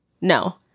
No